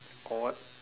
or what